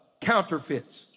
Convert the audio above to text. counterfeits